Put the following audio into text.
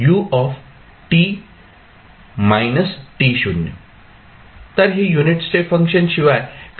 तर हे unit step function शिवाय काही नाही